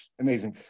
Amazing